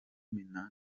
minani